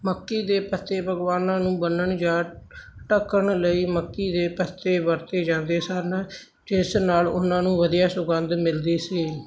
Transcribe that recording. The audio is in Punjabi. ਮੱਕੀ ਦੇ ਪੱਤੇ ਪਕਵਾਨਾਂ ਨੂੰ ਬੰਨਣ ਜਾਂ ਢੱਕਣ ਲਈ ਮੱਕੀ ਦੇ ਪੱਤੇ ਵਰਤੇ ਜਾਂਦੇ ਸਨ ਜਿਸ ਨਾਲ ਉਨ੍ਹਾਂ ਨੂੰ ਵਧੀਆ ਸੁਗੰਧ ਮਿਲਦੀ ਸੀ